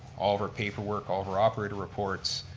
all of our paper work, all of our operator reports.